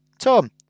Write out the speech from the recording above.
Tom